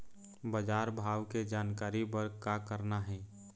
बजार भाव के जानकारी बर का करना हे?